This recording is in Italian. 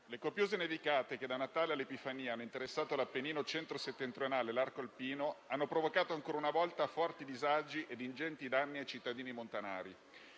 le copiose nevicate che da Natale all'Epifania hanno interessato l'Appennino centro-settentrionale e l'arco alpino hanno provocato, ancora una volta, forti disagi e ingenti danni ai cittadini montanari.